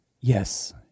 Yes